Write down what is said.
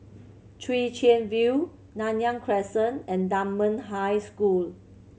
Chwee Chian View Nanyang Crescent and Dunman High School